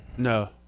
No